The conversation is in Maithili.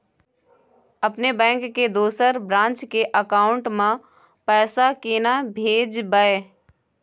अपने बैंक के दोसर ब्रांच के अकाउंट म पैसा केना भेजबै?